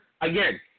again